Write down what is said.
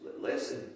listen